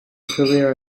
career